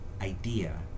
idea